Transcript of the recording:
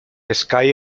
sky